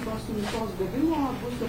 tos siuntos gavimo bus